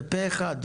בפה אחד,